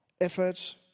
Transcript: efforts